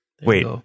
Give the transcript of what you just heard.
Wait